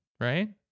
right